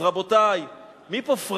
אז, רבותי, מי פה פראייר?